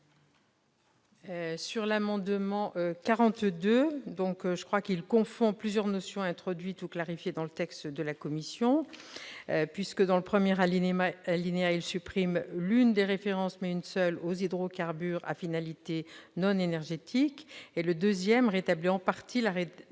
de l'amendement n° 42 rectifié confond plusieurs notions introduites ou clarifiées dans le texte de la commission. Son premier alinéa supprime l'une des références, mais une seule, aux hydrocarbures à finalité non énergétique, quand son deuxième rétablit en partie la rédaction